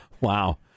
Wow